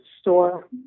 store